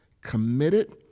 committed